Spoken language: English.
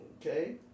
Okay